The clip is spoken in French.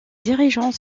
dirigeants